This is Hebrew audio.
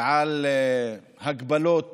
ועל הגבלות